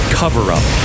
cover-up